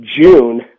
June